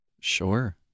Sure